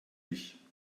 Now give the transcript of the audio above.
ich